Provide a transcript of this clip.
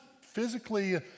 physically